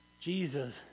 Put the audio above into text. Jesus